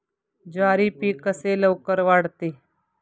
ज्वारी पीक कसे लवकर वाढते?